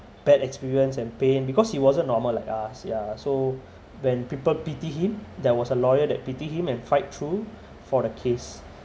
bad experience and pain because he wasn't normal like us ya so when people pity him there was a lawyer that pity him and fight through for the case